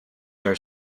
are